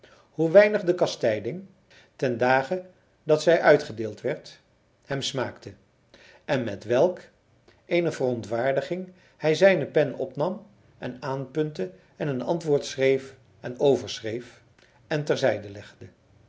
hoe weinig de kastijding ten dage dat zij uitgedeeld werd hem smaakte en met welk eene verontwaardiging hij zijne pen opnam en aanpuntte en een antwoord schreef en overschreef en ter zijde legde